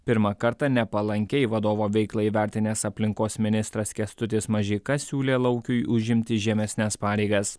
pirmą kartą nepalankiai vadovo veiklą įvertinęs aplinkos ministras kęstutis mažeika siūlė laukiui užimti žemesnes pareigas